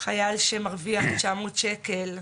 חייל שמרוויח תשע מאות שקל,